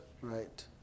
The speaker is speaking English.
Right